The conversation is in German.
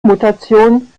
mutation